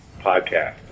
Podcast